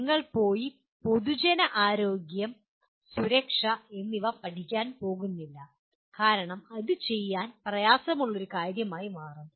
നിങ്ങൾ പോയി പൊതുജനാരോഗ്യം സുരക്ഷ എന്നിവ പഠിക്കാൻ പോകുന്നില്ല കാരണം ഇത് ചെയ്യാൻ പ്രയാസമുള്ള ഒരു കാര്യമായി മാറും